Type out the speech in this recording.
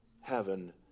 heaven